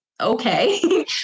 Okay